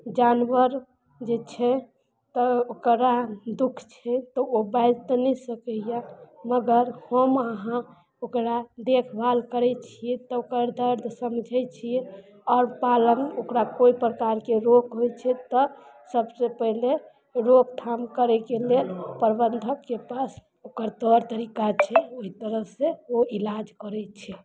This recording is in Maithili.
जानवर जे छै तऽ ओकरा दुःख छै तऽ ओ बाजि तऽ नहि सकइए मगर हम अहाँ ओकरा देखभाल करय छियै तऽ ओकर दर्द समझय छियै आओर पालन ओकरा कोइ प्रकारके रोक होइ छै तऽ सबसँ पहिले रोकथाम करयके लेल प्रबन्धकके पास ओकर तौर तरीका छै ओइ तरहसँ ओ इलाज करय छै